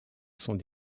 sont